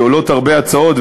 כי עולות הרבה הצעות,